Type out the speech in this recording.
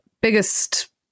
biggest